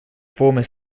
former